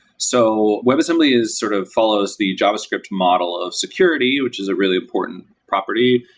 so webassembly is sort of follows the javascript model of security, which is a really important property.